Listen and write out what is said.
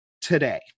today